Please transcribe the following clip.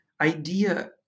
idea